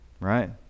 Right